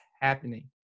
happening